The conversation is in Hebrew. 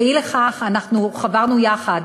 אי לכך, חברנו יחד,